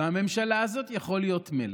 מהממשלה הזאת יכול להיות מלך.